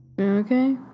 Okay